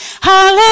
hallelujah